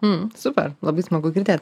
mm super labai smagu girdėt